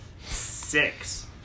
six